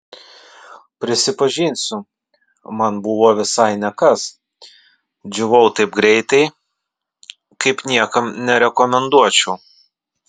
prisipažinsiu man buvo visai ne kas džiūvau taip greitai kaip niekam nerekomenduočiau